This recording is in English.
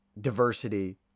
diversity